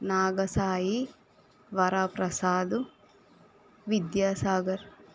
Nagasai Varaprasad Vidyasagar